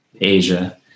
Asia